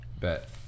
Bet